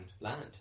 land